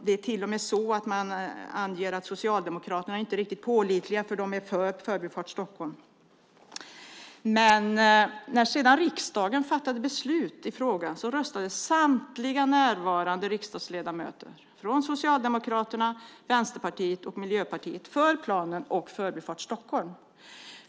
Det är till och med så att man anger att Socialdemokraterna inte är riktigt pålitliga därför att de är för Förbifart Stockholm. När sedan riksdagen fattade beslut i frågan röstade samtliga närvarande riksdagsledamöter från Socialdemokraterna, Vänsterpartiet och Miljöpartiet för planen och för Förbifart Stockholm.